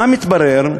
מה מתברר?